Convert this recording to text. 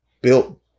built